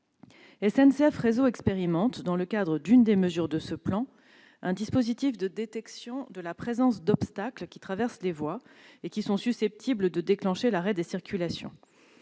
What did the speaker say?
SNCF Réseau expérimente, dans le cadre d'une des mesures de ce plan, un dispositif de détection de la présence d'obstacles qui traversent des voies et qui sont susceptibles de déclencher l'arrêt des circulations.